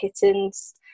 kittens